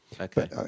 Okay